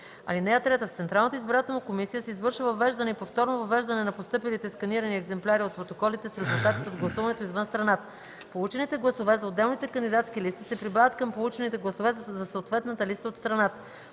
различията. (3) В Централната избирателна комисия се извършва въвеждане и повторно въвеждане на постъпилите сканирани екземпляри от протоколите с резултатите от гласуването извън страната. Получените гласове за отделните кандидатски листи се прибавят към получените гласове за съответната листа от страната.